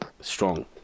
strong